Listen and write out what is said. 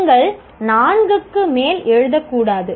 நீங்கள் நான்குக்கு மேல் எழுதக்கூடாது